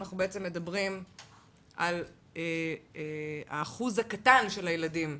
אנחנו מדברים על האחוז הקטן של הילדים.